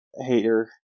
hater